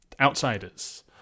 Outsiders